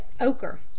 ochre